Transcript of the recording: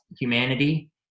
humanity